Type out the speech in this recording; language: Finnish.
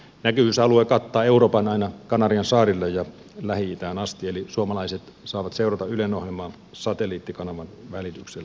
näkyvyysalue kattaa euroopan aina kanariansaarille ja lähi itään asti eli suomalaiset saavat seurata ylen ohjelmaa satelliittikanavan välityksellä